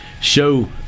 show